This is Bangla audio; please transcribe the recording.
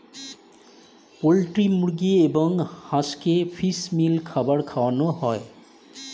পোল্ট্রি মুরগি এবং হাঁসকে ফিশ মিল খাবার খাওয়ানো হয়